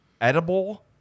edible